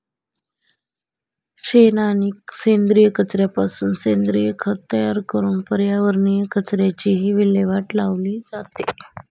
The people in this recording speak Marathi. शेण आणि सेंद्रिय कचऱ्यापासून सेंद्रिय खत तयार करून पर्यावरणीय कचऱ्याचीही विल्हेवाट लावली जाते